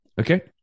okay